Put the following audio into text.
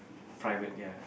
private ya